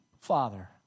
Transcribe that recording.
Father